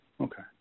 Okay